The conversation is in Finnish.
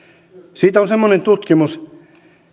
siitä on semmoinen tutkimus